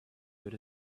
good